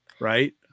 right